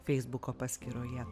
feisbuko paskyroje